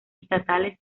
estatales